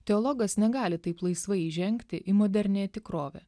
teologas negali taip laisvai įžengti į moderniąją tikrovę